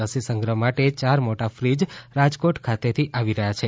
રસી સંગ્રહ માટે ચાર મોટા ફ્રીજ તરતમાં રાજકોટ ખાતેથી આવી રહ્યા છે